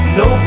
no